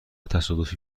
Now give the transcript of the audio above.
تصادفی